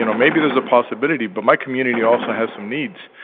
you know maybe there's a possibility but my community also has some needs.